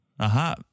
Aha